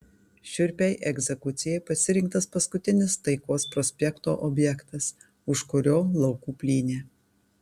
šiurpiai egzekucijai pasirinktas paskutinis taikos prospekto objektas už kurio laukų plynė